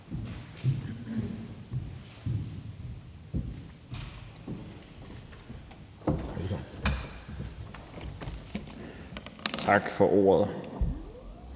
Tak for ordet.